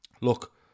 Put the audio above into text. Look